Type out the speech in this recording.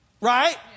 Right